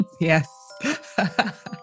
Yes